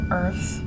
earth